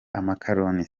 amakaroni